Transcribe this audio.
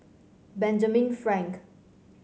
Benjamin Frank